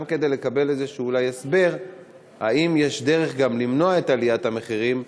גם כדי לקבל אולי הסבר כלשהו אם יש דרך גם למנוע את עליית המחירים,